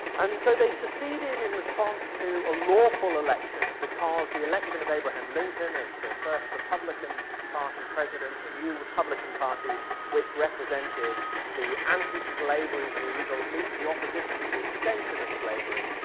and so they seceded in response to a lawful election because the election of abraham lincoln as the first republican party president the new republican party which represented the anti-slavery views or at least the opposition to the extension of slavery